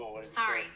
sorry